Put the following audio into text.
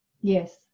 Yes